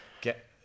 get